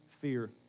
fear